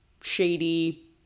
shady